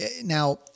Now